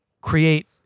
create